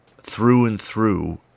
through-and-through